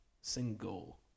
single